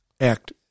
act